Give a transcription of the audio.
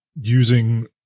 using